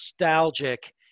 nostalgic